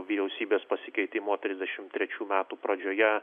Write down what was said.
vyriausybės pasikeitimo trisdešimt trečių metų pradžioje